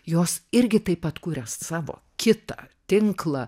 jos irgi taip pat kuria savo kitą tinklą